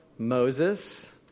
Moses